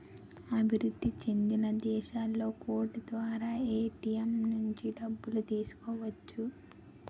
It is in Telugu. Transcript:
అభివృద్ధి చెందిన దేశాలలో కోడ్ ద్వారా ఏటీఎం నుంచి డబ్బులు తీసుకోవచ్చు